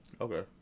Okay